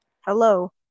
Hello